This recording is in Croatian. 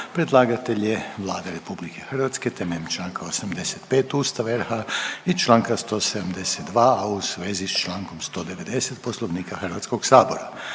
Predlagatelj je Vlada Republike Hrvatske temeljem članka 85. Ustava RH i članka 172. a u svezi sa člankom 190. Poslovnika Hrvatskog sabora.